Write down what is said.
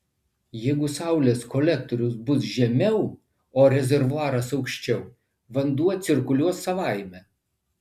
jeigu saulės kolektorius bus žemiau o rezervuaras aukščiau vanduo cirkuliuos savaime